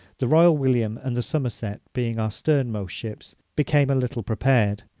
the royal william and the somerset being our sternmost ships, became a little prepared,